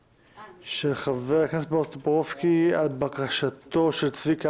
של חבר הכנסת בועז טופורובסקי על בקשתו של צביקה